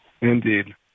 indeed